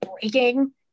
breaking